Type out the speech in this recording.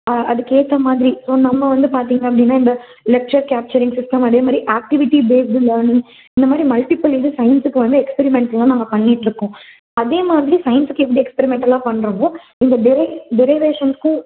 அதுக்கு ஏற்றமாதிரி ஸோ நம்ம வந்து பார்த்திங்க அப்படின்னா இந்த லெக்சர் கேப்ச்சரிங் சிஸ்டம் அதேமாதிரி ஆக்டிவிட்டி பேஸ்டு லேர்னிங் இந்தமாதிரி மல்டிப்பிள் இது சயின்ஸுக்கு வந்து எக்ஸ்பீரிமெண்ட்ஸ் எல்லாம் நம்ம பண்ணிட் இருக்கோம் அதேமாதிரி சயின்ஸ்க்கு எப்படி எக்ஸ்பீரிமெண்ட்டலாம் பண்ணுறமோ இந்த டெரி டெரிவேஷன்ஸ்க்கும்